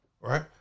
right